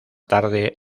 tarde